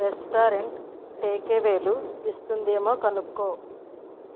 restaurant టేకవేలు ఇస్తుందేమో కనుక్కో